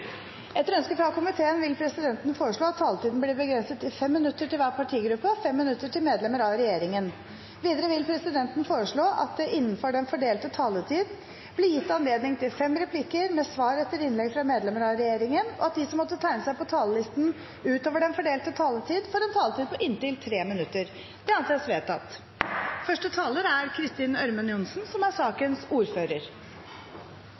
Etter ønske fra familie- og kulturkomiteen vil presidenten foreslå at taletiden blir begrenset til 5 minutter til hver partigruppe og 5 minutter til medlemmer av regjeringen. Videre vil presidenten foreslå at det – innenfor den fordelte taletid – blir gitt anledning til inntil fem replikker med svar etter innlegg fra medlemmer av regjeringen, og at de som måtte tegne seg på talerlisten utover den fordelte taletid, får en taletid på inntil 3 minutter. – Det anses vedtatt. Først vil jeg takke SV, som